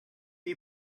the